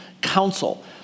Council